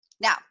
Now